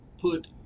put